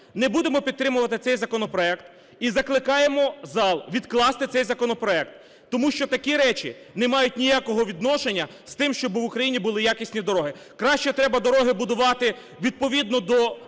не будемо підтримувати цей законопроект і закликаємо зал відкласти цей законопроект, тому що такі речі не мають ніякого відношення з тим, щоби в Україні були якісні дороги. Краще треба дороги будувати відповідно до